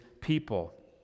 people